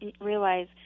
realize